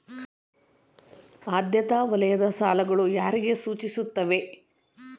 ಆದ್ಯತಾ ವಲಯದ ಸಾಲಗಳು ಯಾರಿಗೆ ಸೂಚಿಸುತ್ತವೆ?